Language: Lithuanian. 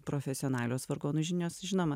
profesionalios vargonų žinios žinoma